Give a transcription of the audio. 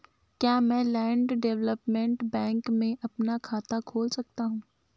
क्या मैं land development bank में अपना खाता खोल सकता हूँ?